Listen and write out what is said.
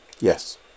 Yes